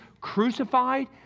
crucified